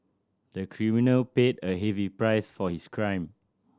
the criminal paid a heavy price for his crime